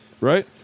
Right